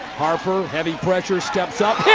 harper, heavy pressurer steps up.